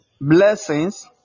blessings